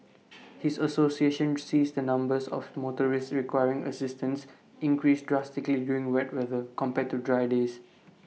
his association sees the numbers of motorists requiring assistance increase drastically during wet weather compared to dry days